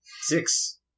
Six